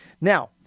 Now